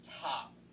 Top